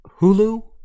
Hulu